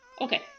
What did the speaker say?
Okay